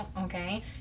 Okay